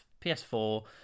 PS4